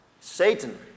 Satan